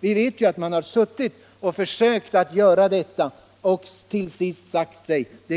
Vi vet att man har försökt göra en sådan katalog men har till sist insett att det inte